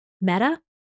meta